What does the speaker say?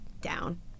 down